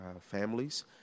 families